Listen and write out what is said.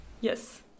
Yes